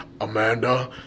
Amanda